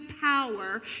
power